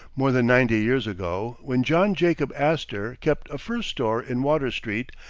more than ninety years ago, when john jacob astor kept a fur store in water street,